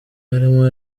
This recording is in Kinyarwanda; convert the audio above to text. harimo